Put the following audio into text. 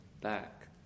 back